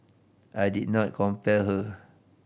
I did not compel her